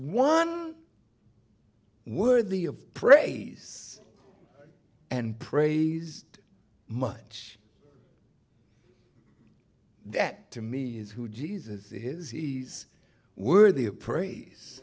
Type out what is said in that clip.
one worthy of praise and praised much that to me is who jesus is his ease worthy of praise